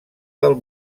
del